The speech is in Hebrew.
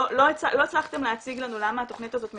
לא לא הצלחתם להציג לנו למה התכנית הזאת משתלמת,